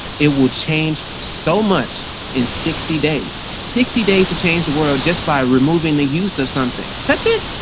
it will change so much in sixty days, sixty days to change the world just by removing the use of something. that's it.